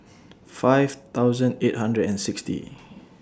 five thousand eight hundred and sixty